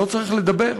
לא צריך לדבר.